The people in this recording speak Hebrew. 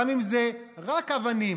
גם אם זה רק אבנים,